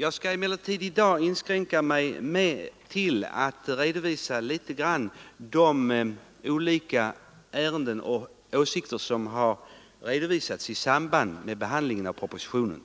Jag skall i dag inskränka mig till att något beröra de olika ärenden och åsikter som har redovisats i samband med behandlingen av propositionen.